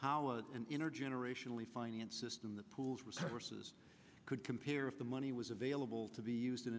how an intergenerational finance system the pools resources could compare if the money was available to be used in